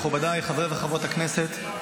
מכובדיי חברי וחברות הכנסת,